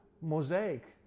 Mosaic